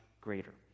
greater